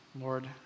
Lord